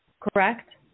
Correct